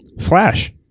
Flash